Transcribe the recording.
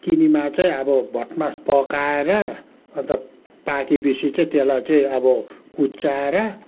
किनामा चाहिँ अब भटमास पकाएर अन्त पाके पछि चाहिँ त्यसलाई चाहिँ अब कुच्याएर